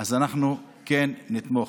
אז אנחנו כן נתמוך,